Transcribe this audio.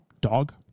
Dog